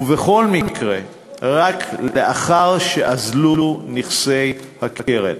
ובכל מקרה רק לאחר שאזלו נכסי הקרן.